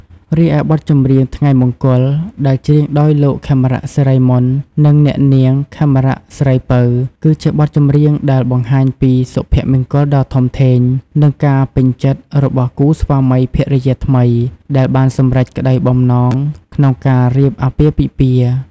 រីឯបទចម្រៀង ថ្ងៃមង្គល ដែលច្រៀងដោយលោក ខេមរៈ សិរីមន្ត និងអ្នកនាង ខេមរៈ ស្រីពៅ គឺជាបទចម្រៀងដែលបង្ហាញពី សុភមង្គលដ៏ធំធេង និងការពេញចិត្ត របស់គូស្វាមីភរិយាថ្មី ដែលបានសម្រេចក្ដីបំណងក្នុងការរៀបអាពាហ៍ពិពាហ៍។